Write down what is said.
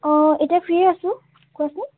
অ এতিয়া ফ্ৰি আছোঁ কোৱাচোন